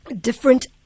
different